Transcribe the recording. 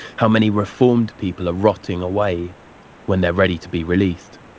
how many reformed people are rotting away when they're ready to be released?